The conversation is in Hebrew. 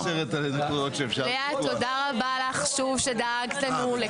לאה, תודה רבה לך שוב שדאגת לנו לכיבוד.